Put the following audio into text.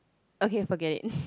okay forget it